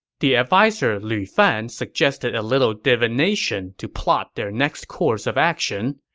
the adviser lu fan suggested a little diviniation to plot their next course of action.